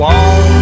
on